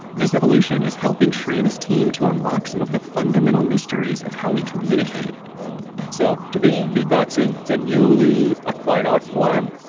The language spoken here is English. this evolution is helping shri and his team to unlock some of the fundamental mysteries of how we communicate so to me, beatboxing, it's a newly acquired art form,